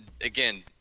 Again